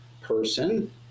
person